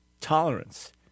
tolerance